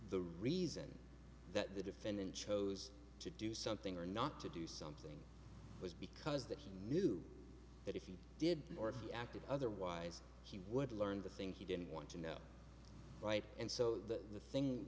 the reason that the defendant chose to do something or not to do something it was because that he knew that if you did or if you acted otherwise he would learn the thing he didn't want to know right and so the thing